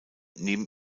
neben